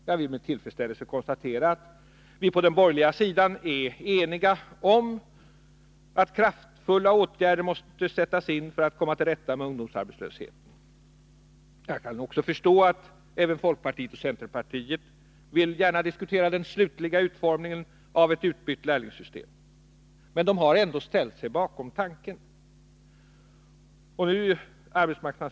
Jag vill med tillfredsställelse konstatera att vi är eniga på den borgerliga sidan om att kraftfulla åtgärder måste sättas in för att komma till rätta med ungdomsarbetslösheten. Men självfallet vill också centerpartiet och folkpartiet diskutera den slutliga utformningen av ett utbyggt lärlingssystem. De har i alla fall ställt sig bakom tanken.